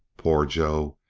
poor joe!